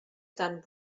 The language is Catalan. tant